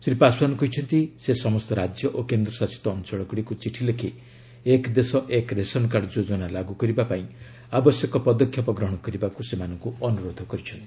ଶ୍ରୀ ପାଶୱାନ୍ କହିଛନ୍ତି ସେ ସମସ୍ତ ରାଜ୍ୟ ଓ କେନ୍ଦ୍ରଶାସିତ ଅଞ୍ଚଳଗୁଡ଼ିକୁ ଚିଠି ଲେଖି ଏକ ଦେଶ ଏକ ରେସନ୍କାର୍ଡ ଯୋଜନା ଲାଗୁ କରିବା ପାଇଁ ଆବଶ୍ୟକ ପଦକ୍ଷେପ ଗ୍ରହଣ କରିବାକୁ ସେମାନଙ୍କୁ ଅନୁରୋଧ କରିଛନ୍ତି